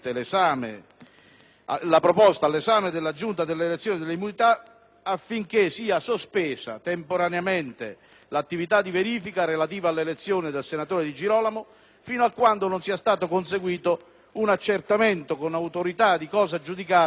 affinché sia sospesa temporaneamente l'attività di verifica relativa all'elezione del senatore Di Girolamo fino a quando non sia stato conseguito un accertamento, con autorità di cosa giudicata, sui fatti oggetto del procedimento penale di cui citiamo il numero.